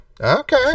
Okay